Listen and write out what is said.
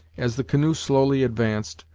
as the canoe slowly advanced,